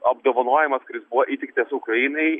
apdovanojimas kuris buvo įteiktas ukrainai